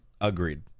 Agreed